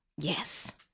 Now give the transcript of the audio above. Yes